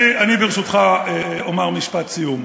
אני, ברשותך, אומר משפט סיום.